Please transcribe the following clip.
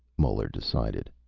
muller decided.